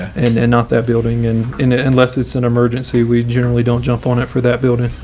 and and not that building and in it. unless it's an emergency. we generally don't jump on it for that building.